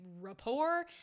rapport